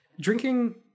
Drinking